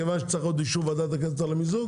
מכיוון שצריך עוד את אישור ועדת הכנסת על המיזוג,